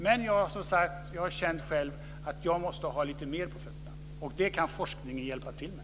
Men jag har, som sagt var, själv känt att jag måste ha lite mer på fötterna. Det kan forskningen hjälpa till med.